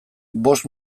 bost